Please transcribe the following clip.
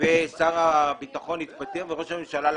תפקיד כפול בממשלה.